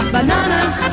Bananas